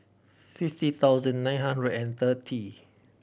fifty thousand nine hundred and thirty